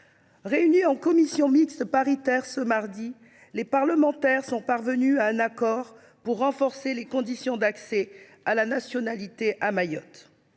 réunis en commission mixte paritaire mardi dernier, députés et sénateurs sont parvenus à un accord pour renforcer les conditions d’accès à la nationalité à Mayotte.